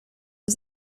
was